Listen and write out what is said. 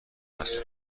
است